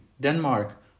Denmark